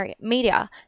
media